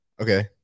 Okay